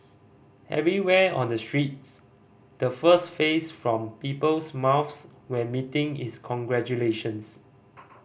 everywhere on the streets the first phrase from people's mouths when meeting is congratulations